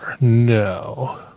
No